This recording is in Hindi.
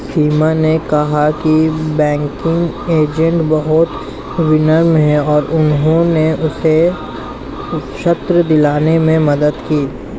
सीमा ने कहा कि बैंकिंग एजेंट बहुत विनम्र हैं और उन्होंने उसे ऋण दिलाने में मदद की